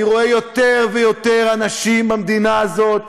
אני רואה יותר ויותר אנשים במדינה הזאת